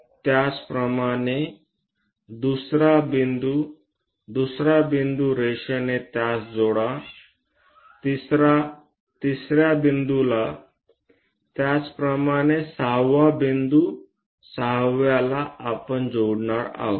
त्याचप्रमाणे दुसरा बिंदू आणि दुसरा बिंदू रेषेने त्यास जोडा तिसरा तिसऱ्या बिंदूला त्याचप्रमाणे सहावा बिंदू सहाव्याला आपण जोडणार आहोत